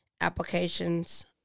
applications